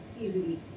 easily